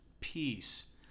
peace